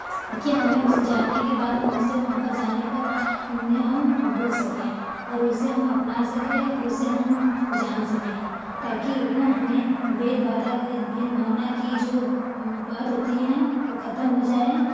कि हमें उसे जानने के बाद हम उसे वहाँ पर जाने पर उन्हें हम भूल सकें और उसे हम अपना सकें और उसे हम जान सकें ताकि वह हमें भेद के भेद भावना की जो बात होती है वो ख़त्म हो जाए